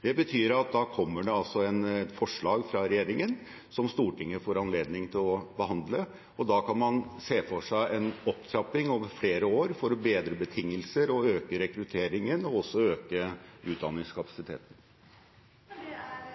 Det betyr at det kommer et forslag fra regjeringen som Stortinget får anledning til å behandle, og da kan man se for seg en opptrapping over flere år for å bedre betingelser, øke rekrutteringen og også øke utdanningskapasiteten.